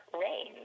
rain